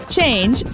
Change